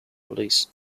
police